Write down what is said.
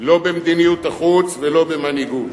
לא במדיניות החוץ ולא במנהיגות,